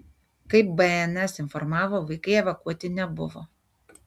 kaip bns informavo vaikai evakuoti nebuvo